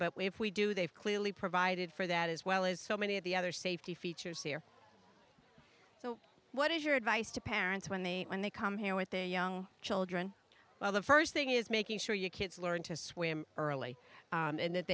we if we do they've clearly provided for that as well as so many of the other safety features here so what is your advice to parents when they when they come here with their young children well the first thing is making sure your kids learn to swim early and that